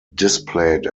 displayed